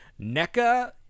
NECA